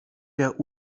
der